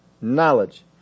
knowledge